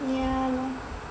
yeah lor